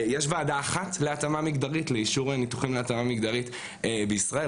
יש ועדה אחת לאישור ניתוחים להתאמה מגדרית בישראל,